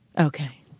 Okay